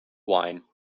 wine